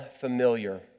familiar